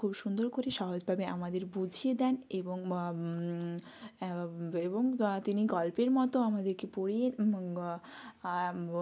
খুব সুন্দর করে সহজভাবে আমাদের বুঝিয়ে দেন এবং এবং তিনি গল্পের মতো আমাদেরকে পড়িয়ে